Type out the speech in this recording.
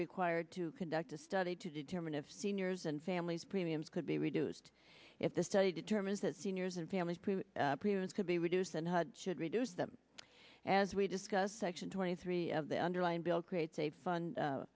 required to conduct a study to determine if seniors and families premiums could be reduced if the study determines that seniors and families previous could be reduced and should reduce them as we discussed section twenty three of the underlying bill creates a fund